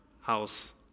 house